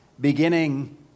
beginning